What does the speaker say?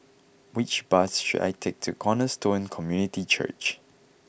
which bus should I take to Cornerstone Community Church